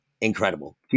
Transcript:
incredible